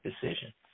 decision